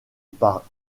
par